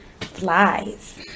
Flies